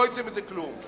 לא יצא מזה כלום.